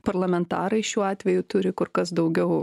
parlamentarai šiuo atveju turi kur kas daugiau